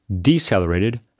decelerated